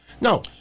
No